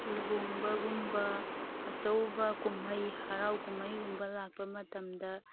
ꯂꯨꯍꯣꯡꯕꯒꯨꯝꯕ ꯑꯆꯧꯕ ꯀꯨꯝꯍꯩ ꯍꯔꯥꯎ ꯀꯨꯝꯍꯩꯒꯨꯝꯕ ꯂꯥꯛꯄ ꯃꯇꯝꯗ